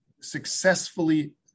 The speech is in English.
successfully